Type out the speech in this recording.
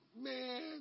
Man